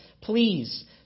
please